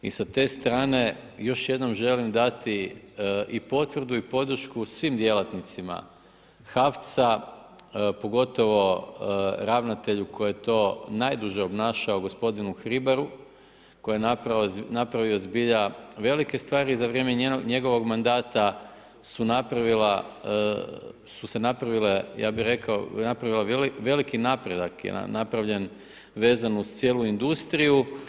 I sa te strane još jednom želim dati i potvrdu i podršku svim djelatnicima HAVC-a, pogotovo ravnatelju, koji je to najduže obnašao, gospodinu Hribaru, koji je napravio zbilja velike stvari za vrijeme njegovog mandata su se napravile, ja bi rekao jedan veliki napredak je napravljen, vezan uz cijelu industriju.